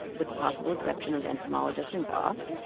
with the possible exception of entomologists and gosse,